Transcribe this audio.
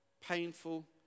painful